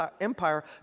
Empire